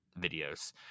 videos